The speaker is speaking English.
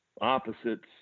opposites